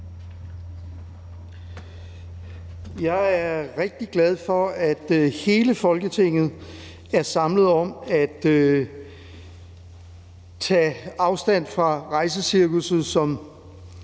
Jeg er rigtig glad for, at hele Folketinget er samlet om tage afstand fra rejsecirkusset, som